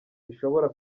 ishobora